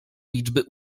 liczby